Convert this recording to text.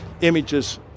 images